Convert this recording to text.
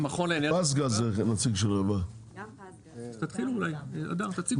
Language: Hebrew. "פז גז" וכדומה.